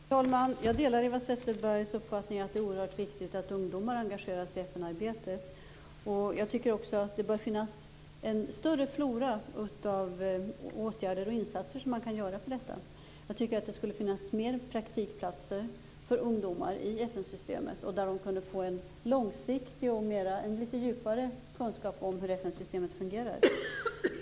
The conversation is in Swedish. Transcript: Fru talman! Jag delar Eva Zetterbergs uppfattning att det är oerhört viktigt att ungdomarna engagerar sig i FN-arbetet. Jag tycker också att det bör finnas en större flora av åtgärder och insatser. Jag tycker att det skulle finnas fler praktikplatser för ungdomar i FN systemet, där de kunde få en mera långsiktig och litet djupare kunskap om hur FN-systemet fungerar.